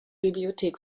bibliothek